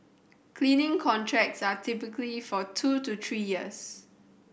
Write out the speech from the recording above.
cleaning contracts are typically for two to three years